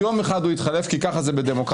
ויום אחד הוא יתחלף כי ככה זה בדמוקרטיה,